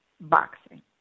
boxing